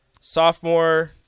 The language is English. sophomore